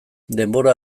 denbora